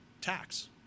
tax